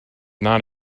not